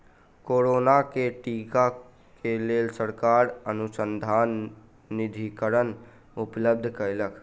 corona के टीका क लेल सरकार अनुसन्धान निधिकरण उपलब्ध कयलक